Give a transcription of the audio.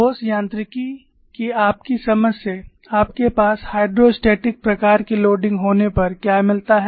ठोस यांत्रिकी की आपकी समझ से आपके पास हाइड्रोस्टैटिक प्रकार की भार होने पर क्या मिलता है